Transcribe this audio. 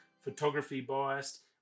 photography-biased